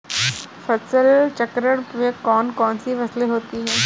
फसल चक्रण में कौन कौन सी फसलें होती हैं?